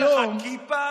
יש לך כיפה,